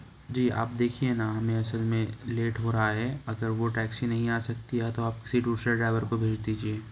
جی آپ دیکھیے نا ہمیں اصل میں لیٹ ہو رہا ہے اگر وہ ٹیکسی نہیں آ سکتی یا تو آپ کسی دوسرے ڈرائیور کو بھیج دیجیے